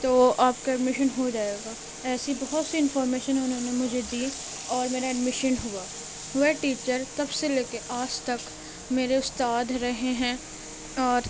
تو آپ کا ایڈمیشن ہو جائے گا ایسی بہت سی انفارمیشن اُنہوں نے مجھے دیں اور میرا ایڈمیشن ہُوا وہ ٹیچر تب سے لے کے آج تک میرے اُستاد رہے ہیں اور